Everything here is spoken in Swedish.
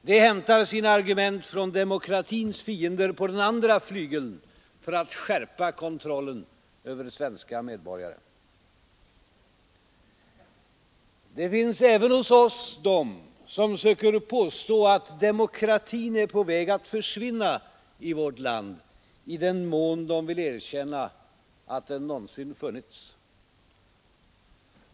De hämtar sina argument från demokratins fiender på den andra flygeln för att skärpa kontrollen över svenska medborgare. Det finns även hos oss de som söker påstå att demokratin är på väg att försvinna i vårt land, i den mån de vill erkänna att den någonsin har funnits.